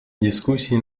дискуссии